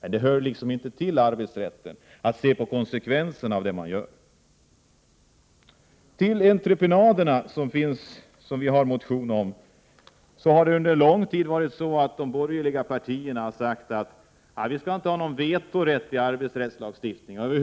Men det hör liksom inte till arbetsrätten att se på konsekvenserna av det man gör. Vi har också en motion om entreprenader. De borgerliga partierna har under lång tid ansett att det inte skall finnas vetorätt i arbetsrättslagstiftningen. De